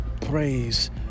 praise